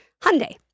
Hyundai